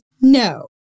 No